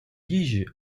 їжі